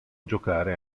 giocare